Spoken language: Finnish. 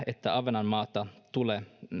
että ahvenanmaata tulee